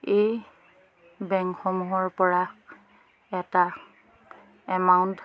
এই বেংকসমূহৰপৰা এটা এমাউণ্ট